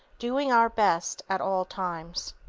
doing our best at all times